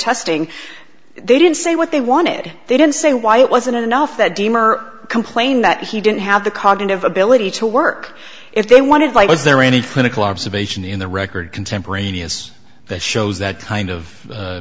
testing they didn't say what they wanted they don't say why it wasn't enough that demur complained that he didn't have the cognitive ability to work if they wanted like was there any clinical observation in the record contemporaneous that shows that kind of